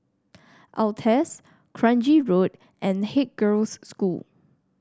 Altez Kranji Road and Haig Girls' School